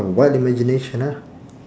wild imagination ah